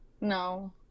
No